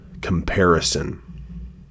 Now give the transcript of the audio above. comparison